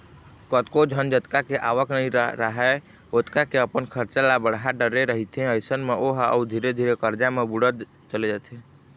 कतको झन जतका के आवक नइ राहय ओतका के अपन खरचा ल बड़हा डरे रहिथे अइसन म ओहा अउ धीरे धीरे करजा म बुड़त चले जाथे